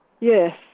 yes